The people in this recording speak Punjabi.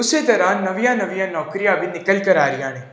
ਉਸੇ ਤਰ੍ਹਾਂ ਨਵੀਆਂ ਨਵੀਆਂ ਨੌਕਰੀਆਂ ਵੀ ਨਿਕਲ ਕਰ ਆ ਰਹੀਆਂ ਨੇ